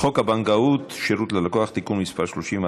חוק הבנקאות (שירות ללקוח) (תיקון מס' 30),